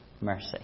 mercy